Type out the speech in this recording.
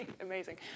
Amazing